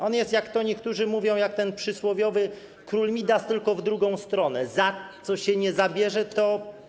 On jest, jak to niektórzy mówią, jak ten przysłowiowy król Midas, tylko w drugą stronę: za co się nie zabierze, to.